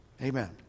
Amen